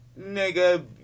nigga